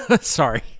Sorry